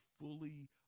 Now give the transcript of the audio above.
fully